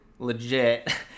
legit